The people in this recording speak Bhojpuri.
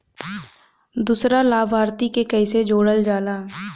दूसरा लाभार्थी के कैसे जोड़ल जाला?